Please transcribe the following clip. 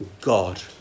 God